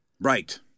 Right